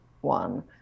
one